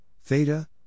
theta